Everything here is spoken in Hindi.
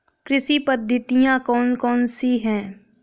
कृषि पद्धतियाँ कौन कौन सी हैं?